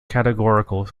categorical